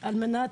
על מנת,